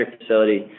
facility